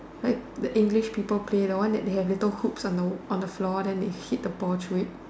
like the English people play the one that there have little hooks on on the floor then they hit the ball through it